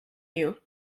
you